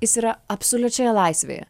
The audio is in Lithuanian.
jis yra absoliučioje laisvėje